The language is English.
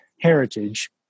heritage